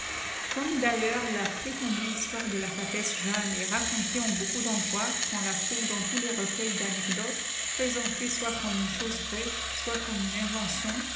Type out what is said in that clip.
comme d'ailleurs la prétendue histoire de la papesse jeanne est racontée en beaucoup cpjm s h recueils d'anecdotes i preselitee soit comni tihe chose vraie soit comme une invention